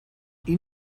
این